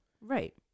right